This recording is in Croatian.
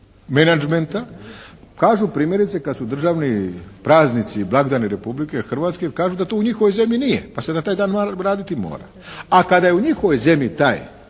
menadžmenta kažu primjerice kada su državni pravnici, blagdani Republike Hrvatske, kažu da to u njihovoj zemlji nije pa se na taj dan raditi mora, a kada je u njihovoj zemlji taj